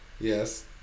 Yes